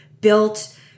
built